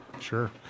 sure